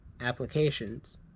applications